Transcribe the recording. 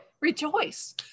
Rejoice